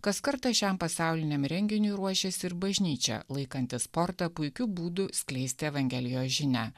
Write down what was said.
kas kartą šiam pasauliniam renginiui ruošiasi ir bažnyčia laikanti sportą puikiu būdu skleisti evangelijos žinią